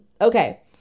Okay